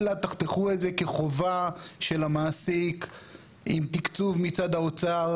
אלא תחתכו את זה כחובה של המעסיק עם תקצוב מצד האוצר,